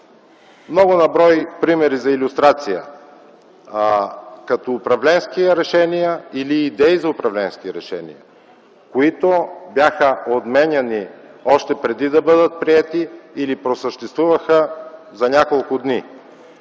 много на брой примери за илюстрация като: управленски решения или идеи за управленски решения, които бяха отменяни още преди да бъдат приети или просъществуваха за няколко дни;